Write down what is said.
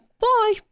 Bye